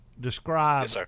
describe